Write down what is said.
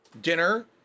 Dinner